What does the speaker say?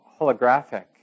holographic